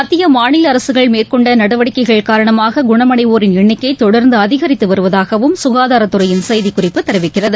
மத்திய மாநிலஅரசுகள் மேற்கொண்டநடவடிக்கைகாரணமாககுணமடைவோரின் எண்ணிக்கைதொடர்ந்துஅதிகரித்துவருவதாகவும் சுகாதாரத் துறையின் செய்திக்குறிப்பு தெரிவிக்கிறது